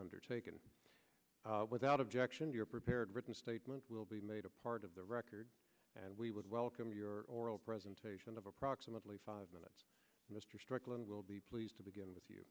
undertaken without objection your prepared written statement will be made a part of the record and we would welcome your oral presentation of approximately five minutes mr strickland will be pleased to begin with you